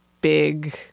big